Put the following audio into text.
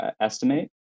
estimate